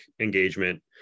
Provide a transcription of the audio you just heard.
engagement